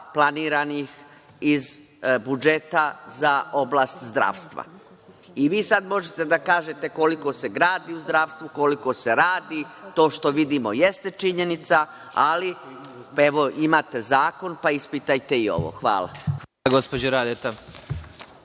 planiranih iz budžeta za oblast zdravstva. Vi sada možete da kažete koliko se gradi u zdravstvu, koliko se radi, to što vidimo jeste činjenica, ali evo imate zakon pa ispitajte i ovo. Hvala. **Vladimir